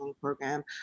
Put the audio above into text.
program